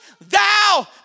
thou